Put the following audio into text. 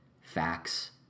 facts